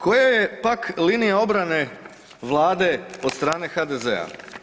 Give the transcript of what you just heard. Koja je pak linija obrane vlade od strane HDZ-a?